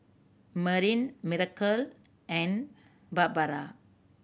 Marin Miracle and Barbara